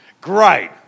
Great